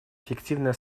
эффективное